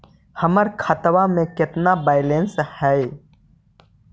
हमर खतबा में केतना बैलेंस हई?